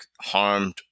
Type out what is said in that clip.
harmed